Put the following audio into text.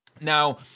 Now